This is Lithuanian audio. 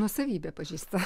nuosavybė pažeista